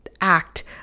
act